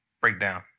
breakdown